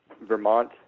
Vermont